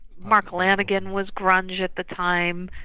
mark lanegan was grunge at the time.